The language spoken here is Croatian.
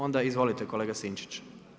Onda izvolite kolega Sinčić.